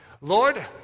Lord